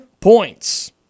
points